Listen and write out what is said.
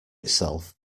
itself